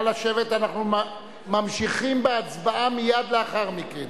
נא לשבת, אנחנו ממשיכים בהצבעה מייד לאחר מכן.